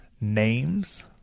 names